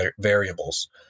variables